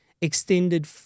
extended